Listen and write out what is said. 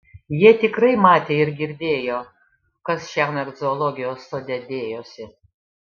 jie tikrai matė ir girdėjo kas šiąnakt zoologijos sode dėjosi